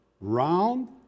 round